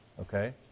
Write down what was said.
Okay